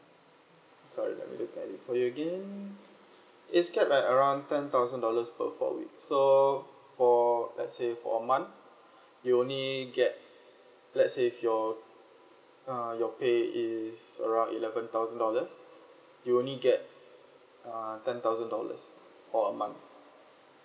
sorry let me look at it for you again it's cap at around ten thousand dollars per four weeks so for let's say for a month you'll only get let's say if your uh your pay is around eleven thousand dollars you'll only get uh ten thousand dollars for a month